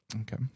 Okay